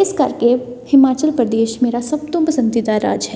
ਇਸ ਕਰਕੇ ਹਿਮਾਚਲ ਪ੍ਰਦੇਸ਼ ਮੇਰਾ ਸਭ ਤੋਂ ਪਸੰਦੀਦਾ ਰਾਜ ਹੈ